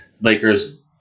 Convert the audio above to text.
Lakers